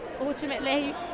ultimately